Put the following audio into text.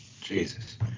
Jesus